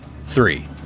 three